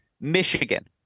Michigan